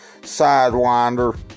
Sidewinder